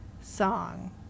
song